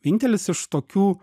vienintelis iš tokių